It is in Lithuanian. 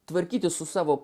tvarkytis su savo